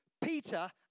Peter